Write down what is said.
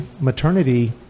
maternity